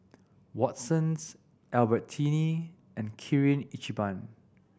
Watsons Albertini and Kirin Ichiban